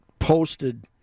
posted